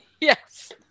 Yes